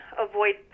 avoid